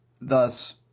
thus